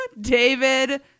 David